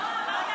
לא.